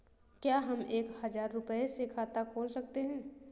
क्या हम एक हजार रुपये से खाता खोल सकते हैं?